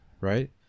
right